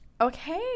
Okay